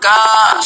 God